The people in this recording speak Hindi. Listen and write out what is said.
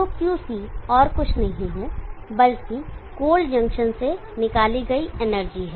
तो Qc और कुछ नहीं है बल्कि कोल्ड जंक्शन से निकाली गई एनर्जी है